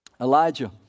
Elijah